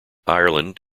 ireland